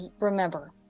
remember